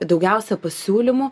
daugiausiai pasiūlymų